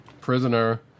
prisoner